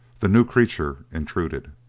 the new creature intruded.